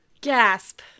Gasp